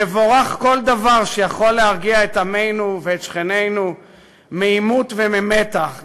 יבורך כל דבר שיכול להרגיע את עמנו ואת שכנינו מעימות וממתח.